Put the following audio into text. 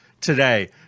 today